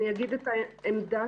אני אגיד את עמדתי.